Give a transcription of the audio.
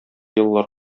еллар